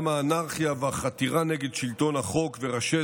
גם האנרכיה והחתירה נגד שלטון החוק וראשי